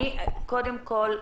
קודם כול,